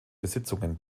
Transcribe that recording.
besitzungen